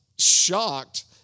shocked